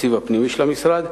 התקציב הפנימי של המשרד.